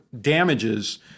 damages